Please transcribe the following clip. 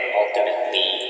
ultimately